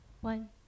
One